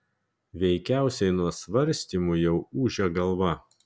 veikiausiai nuo svarstymų jau ūžia galva